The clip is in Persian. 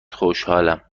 خوشحالم